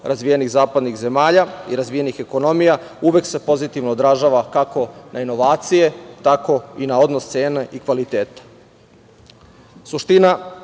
razvijenih zapadnih zemalja i razvijenih ekonomija uvek se pozitivno odražava kako na inovacije tako i na odnos cene i kvaliteta. Suština